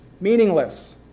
Meaningless